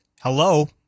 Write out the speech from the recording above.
hello